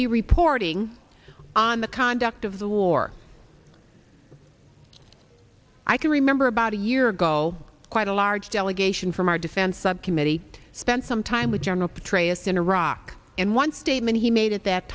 be reporting on the conduct of the war i can remember about a year ago quite a large delegation from our defense subcommittee spent some time with general petraeus in iraq and one statement he made at that